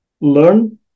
learn